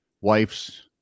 wife's